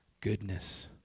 Goodness